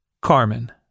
Carmen